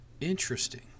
Interesting